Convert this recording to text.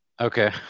Okay